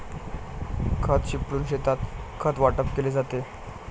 खत शिंपडून शेतात खत वाटप केले जाते